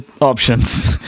options